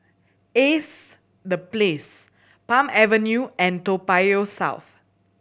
Ace The Place Palm Avenue and Toa Payoh South